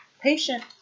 patient